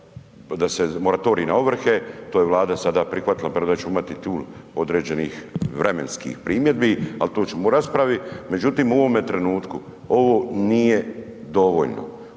da se moratorij na ovrhe, to je Vlada sada prihvatila premda ćemo imati tu određenih vremenskih primjedbi, ali to ćemo u raspravi. Međutim, u ovome trenutku ovo nije dovoljno.